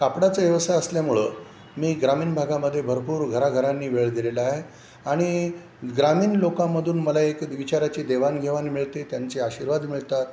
कापडाचा व्यवसाय असल्यामुळं मी ग्रामीण भागामध्ये भरपूर घराघरांनी वेळ दिलेला आहे आणि ग्रामीण लोकांमधून मला एक विचाराची देवाणघेवाण मिळते त्यांचे आशीर्वाद मिळतात